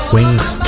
Wings